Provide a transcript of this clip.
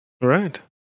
Right